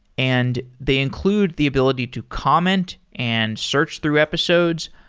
and they include the ability to comment and search through episodes.